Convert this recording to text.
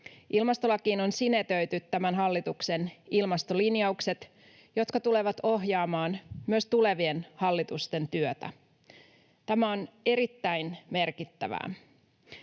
Ilmastolakiin on sinetöity tämän hallituksen ilmastolinjaukset, jotka tulevat ohjaamaan myös tulevien hallitusten työtä. Tämä on erittäin merkittävää.